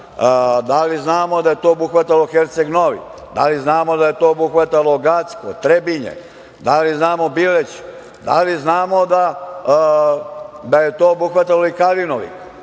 Da li znamo da je to obuhvatalo Herceg Novi, da li znamo da je to obuhvatalo Gacko, Trebinje, Bileću? Da li znamo da je to obuhvatalo i Kalinovik?